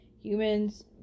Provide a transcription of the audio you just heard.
Humans